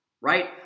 right